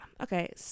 Okay